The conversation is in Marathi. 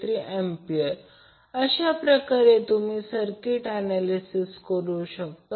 43°A अशा प्रकारे तुम्ही सर्किट ऍनॅलिसिस करू शकता